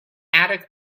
attic